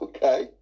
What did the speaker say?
Okay